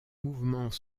mouvements